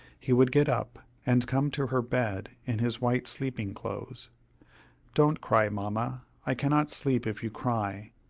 he would get up, and come to her bed in his white sleeping-clothes don't cry, mamma i cannot sleep if you cry!